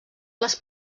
les